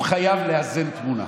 הוא חייב לאזן תמונה.